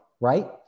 right